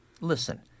listen